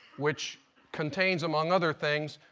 which contains, among other things,